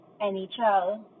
NHL